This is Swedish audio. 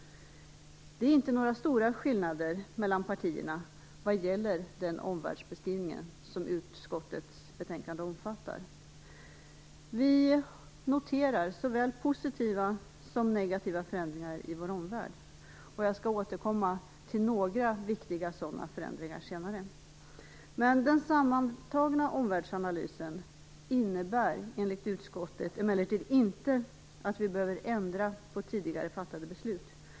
Det är inte några stora skillnader mellan partierna vad gäller den omvärldsbeskrivning som utskottets betänkande omfattar. Vi noterar såväl positiva som negativa förändringar i vår omvärld. Jag skall senare återkomma till några viktiga sådana förändringar. Den sammantagna omvärldsanalysen innebär enligt utskottet emellertid inte att vi behöver ändra på tidigare fattade beslut.